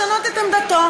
לשנות את עמדתו.